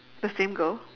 the same girl